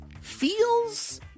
Feels